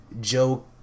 Joe